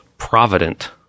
provident